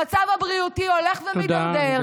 המצב הבריאותי הולך ומידרדר, תודה,